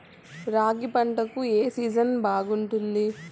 రాగి పంటకు, ఏ సీజన్ బాగుంటుంది?